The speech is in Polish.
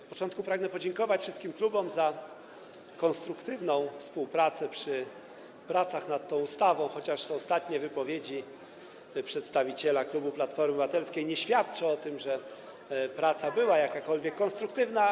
Na początku pragnę podziękować wszystkim klubom za konstruktywną współpracę przy pracach nad tą ustawą, chociaż ostatnie wypowiedzi przedstawiciela klubu Platformy Obywatelskiej nie świadczyły o tym, żeby była jakakolwiek konstruktywna praca.